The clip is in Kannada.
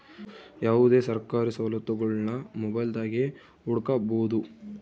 ಯಾವುದೇ ಸರ್ಕಾರಿ ಸವಲತ್ತುಗುಳ್ನ ಮೊಬೈಲ್ದಾಗೆ ಹುಡುಕಬೊದು